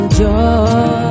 joy